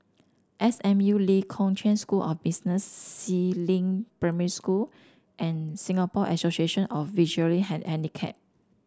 S M U Lee Kong Chian School of Business Si Ling Primary School and Singapore Association of Visually